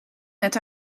net